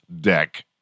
deck